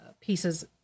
pieces